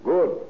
Good